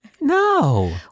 No